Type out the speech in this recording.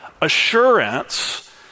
Assurance